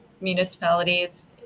municipalities